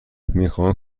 میخواهم